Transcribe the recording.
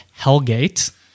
Hellgate